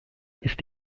ist